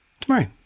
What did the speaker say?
tomorrow